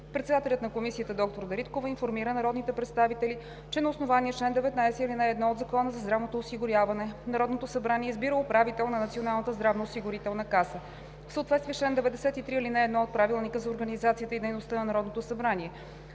Председателят на Комисията доктор Дариткова информира народните представители, че на основание чл. 19, ал. 1 от Закона за здравното осигуряване Народното събрание избира управител на Националната здравноосигурителна каса. В съответствие с чл. 93, ал. 1 от Правилника за организацията и дейността на Народното събрание